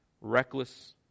reckless